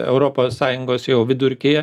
europos sąjungos jau vidurkyje